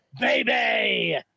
baby